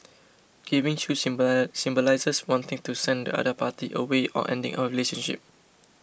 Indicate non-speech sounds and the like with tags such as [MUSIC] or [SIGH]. giving shoes [UNINTELLIGIBLE] symbolises wanting to send the other party away or ending a relationship